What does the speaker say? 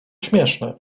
śmieszny